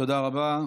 תודה רבה.